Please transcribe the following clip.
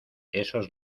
esos